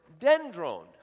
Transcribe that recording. dendron